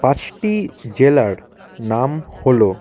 পাঁচটি জেলার নাম হলো